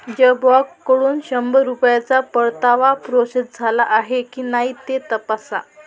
जबॉगकडून शंभर रुपयाचा परतावा प्रोसेस झाला आहे की नाही ते तपासा